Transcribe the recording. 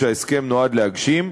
שההסכם נועד להגשים,